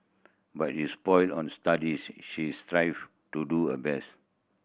but it sport on studies she strive to do her best